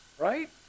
Right